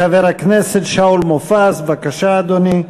חבר הכנסת שאול מופז, בבקשה, אדוני,